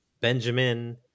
benjamin